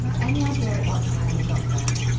any idea at what time he got back?